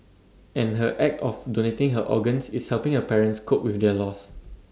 and her act of donating her organs is helping her parents cope with their loss